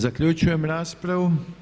Zaključujem raspravu.